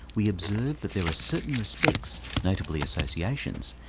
we observe that there are certain respects, notably associations,